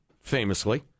famously